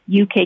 UK